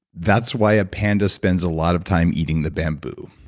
that's why a panda spends a lot of time eating the bamboo.